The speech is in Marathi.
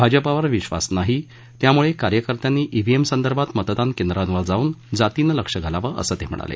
भाजपावर विश्वास नाही त्यामुळे कार्यकर्त्यांनी ईव्हीएम संदर्भात मतदान केंद्रावर जाऊन जातीनं लक्ष घालावं असं ते म्हणाले